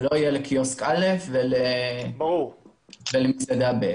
שזה לא יהיה לקיוסק א' ולמסעדה ב'.